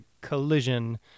collision